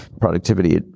productivity